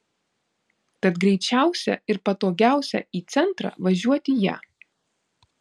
tad greičiausia ir patogiausia į centrą važiuoti ja